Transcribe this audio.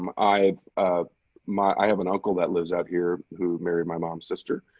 um i my i have an uncle that lives out here who married my mom's sister.